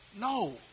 No